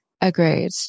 Agreed